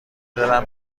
دلم